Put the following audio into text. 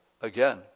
again